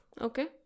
okay